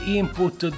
input